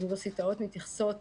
האוניברסיטאות מתייחסות